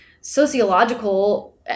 sociological